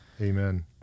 amen